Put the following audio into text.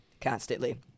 constantly